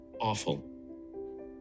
awful